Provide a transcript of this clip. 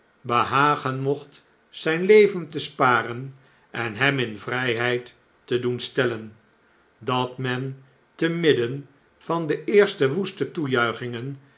behagen mocnt zjjn leven te sparen en hem in vrjjheid te doen stellen dat men te midden van de eerste woeste toejuichingen